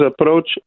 approach